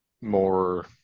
more